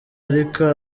ariko